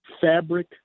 fabric